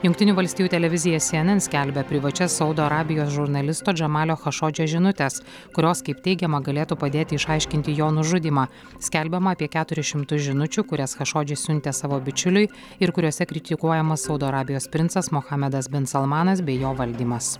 jungtinių valstijų televizija cnn skelbia privačias saudo arabijos žurnalisto džemalio chašodžio žinutes kurios kaip teigiama galėtų padėti išaiškinti jo nužudymą skelbiama apie keturis šimtus žinučių kurias chašodžis siuntė savo bičiuliui ir kuriuose kritikuojamas saudo arabijos princas muhamedas bin salmanas bei jo valdymas